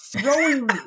throwing